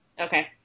Okay